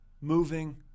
moving